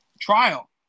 trial